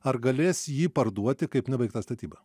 ar galės jį parduoti kaip nebaigtą statybą